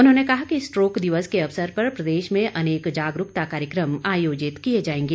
उन्होंने कहा कि स्ट्रोक दिवस के अवसर पर प्रदेश में भी अनेक जागरूकता कार्यक्रम आयोजित किए जांएगे